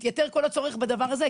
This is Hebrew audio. מתייתר כל הצורך בדבר הזה,